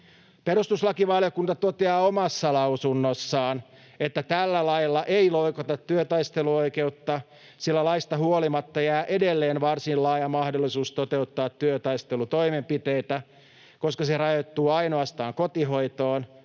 Perustuslakivaliokunta toteaa omassa lausunnossaan, että tällä lailla ei loukata työtaisteluoikeutta, sillä laista huolimatta jää edelleen varsin laaja mahdollisuus toteuttaa työtaistelutoimenpiteitä, koska se rajoittuu ainoastaan kotihoitoon